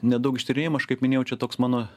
nedaug ištyrinėjimo aš kaip minėjau čia toks mano